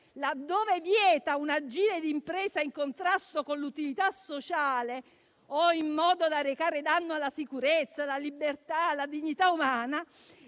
laddove vieta un agire di impresa in contrasto con l'utilità sociale o in modo da recare danno alla sicurezza, alla libertà e alla dignità umana,